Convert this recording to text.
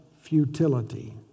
futility